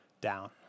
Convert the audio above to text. down